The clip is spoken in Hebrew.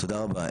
תודה רבה.